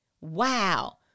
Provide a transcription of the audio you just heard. Wow